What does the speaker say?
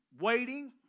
waiting